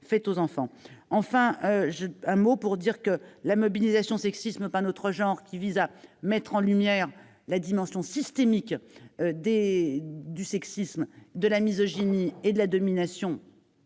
Enfin, la mobilisation « Sexisme, pas notre genre !», qui vise à mettre en lumière la dimension systémique du sexisme, de la misogynie et de la domination